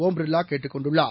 ஒம் பிர்லா கேட்டுக் கொண்டுள்ளார்